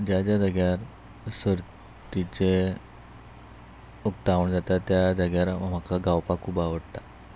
ज्या ज्या जाग्यार सर्तीचे उक्तावण जाता त्या जाग्यार म्हाका गावपाक खूब आवडटा